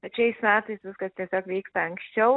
bet šiais metais viskas tiesiog vyksta anksčiau